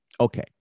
Okay